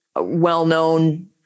well-known